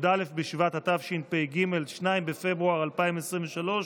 י"א בשבט התשפ"ג, 2 בפברואר 2023,